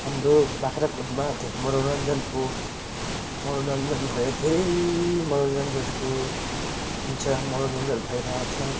हाम्रो बाख्राकोटमा मनोरञ्जनको मनोरञ्जनको यहाँ धेरै मनोरञ्जनको हुन्छ मनोरञ्जन भइरहेछ